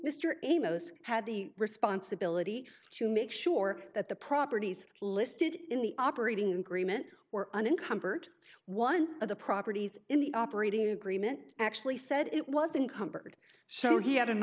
most had the responsibility to make sure that the properties listed in the operating greenman were uncomfort one of the properties in the operating agreement actually said it wasn't cumbered so he had an